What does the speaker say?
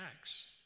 Acts